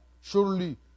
Surely